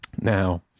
now